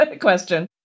question